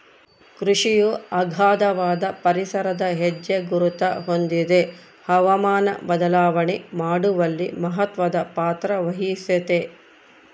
ಕೃಷಿಯು ಅಗಾಧವಾದ ಪರಿಸರದ ಹೆಜ್ಜೆಗುರುತ ಹೊಂದಿದೆ ಹವಾಮಾನ ಬದಲಾವಣೆ ಮಾಡುವಲ್ಲಿ ಮಹತ್ವದ ಪಾತ್ರವಹಿಸೆತೆ